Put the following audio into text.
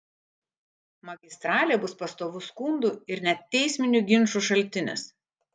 magistralė bus pastovus skundų ir net teisminių ginčų šaltinis